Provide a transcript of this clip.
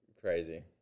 Crazy